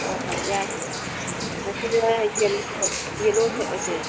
ꯍꯣꯏꯍꯣꯏ ꯌꯥꯏ ꯉꯁꯤ ꯌꯦꯂꯣ ꯁꯦꯠꯂꯁꯦ